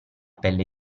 pelle